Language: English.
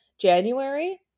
January